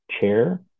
chair